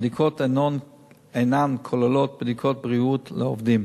הבדיקות אינן כוללות בדיקות בריאות לעובדים.